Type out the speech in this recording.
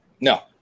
No